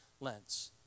lens